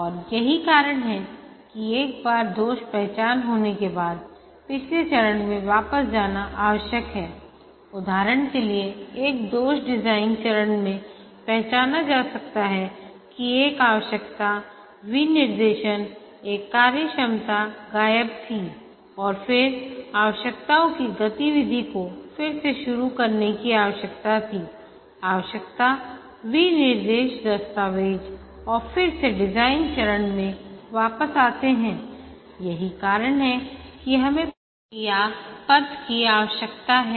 और यही कारण है कि एक बार दोष पहचान होने के बाद पिछले चरण में वापस जाना आवश्यक है उदाहरण के लिए एक दोष डिजाइन चरण में पहचाना जा सकता है कि एक आवश्यकता विनिर्देशन एक कार्यक्षमता गायब थी और फिर आवश्यकताओं की गतिविधि को फिर से शुरू करने की आवश्यकता थी आवश्यकता विनिर्देश दस्तावेज़ और फिर से डिज़ाइन चरण में वापस आते हैं यही कारण है कि हमें प्रतिक्रिया पथ की आवश्यकता है